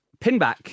Pinback